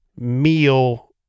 meal